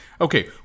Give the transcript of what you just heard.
Okay